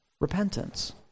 repentance